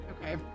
Okay